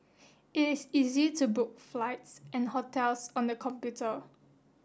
it is easy to book flights and hotels on the computer